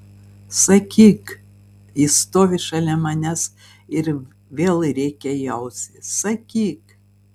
sakyk ji stovi šalia manęs ir vėl rėkia į ausį sakyk